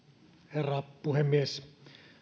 herra puhemies